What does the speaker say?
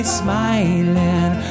smiling